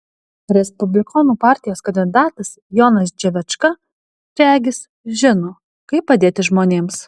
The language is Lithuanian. respublikonų partijos kandidatas jonas dževečka regis žino kaip padėti žmonėms